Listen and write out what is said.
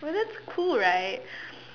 but that's cool right